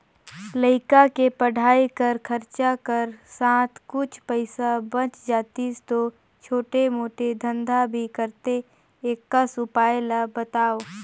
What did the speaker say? लइका के पढ़ाई कर खरचा कर साथ कुछ पईसा बाच जातिस तो छोटे मोटे धंधा भी करते एकस उपाय ला बताव?